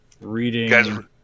reading